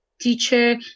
teacher